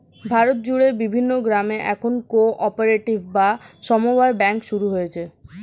ভারত জুড়ে বিভিন্ন গ্রামে এখন কো অপারেটিভ বা সমব্যায় ব্যাঙ্ক শুরু হচ্ছে